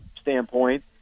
standpoint